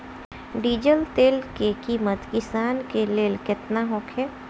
Diesel तेल के किमत किसान के लेल केतना होखे?